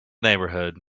neighborhood